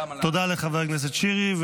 תודה לחבר הכנסת שירי.